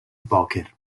poker